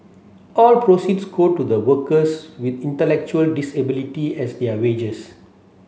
all proceeds go to the workers with intellectual disability as their wages